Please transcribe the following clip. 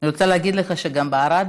אני רוצה להגיד לך שגם בערד,